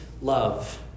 love